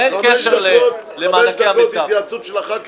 אין קשר למענקי --- חמש דקות התייעצות של חברי